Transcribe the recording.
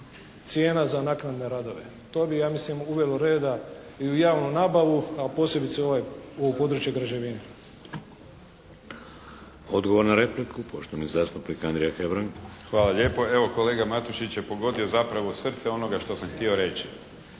cijena za naknadne radove. To bi ja mislim uvelo reda i u javnu nabavu, a posebice u ovo područje građevine. **Šeks, Vladimir (HDZ)** Odgovor na repliku, poštovani zastupnik Andrija Hebrang. **Hebrang, Andrija (HDZ)** Hvala lijepo. Evo kolega Matušić je pogodio zapravo srce onoga što sam htio reći.